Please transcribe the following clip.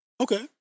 Okay